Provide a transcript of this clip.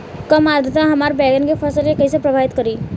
कम आद्रता हमार बैगन के फसल के कइसे प्रभावित करी?